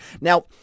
Now